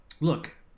Look